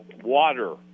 water